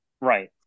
Right